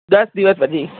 દશ દિવસ પછી